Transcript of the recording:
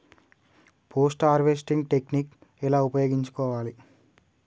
Post harvesting technique ఎలా ఉపయోగించుకోవాలి?